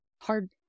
hard